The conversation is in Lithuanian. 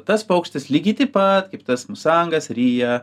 tas paukštis lygiai taip pat kaip tas musangas ryja